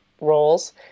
roles